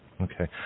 Okay